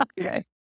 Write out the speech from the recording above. okay